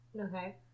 Okay